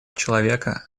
человека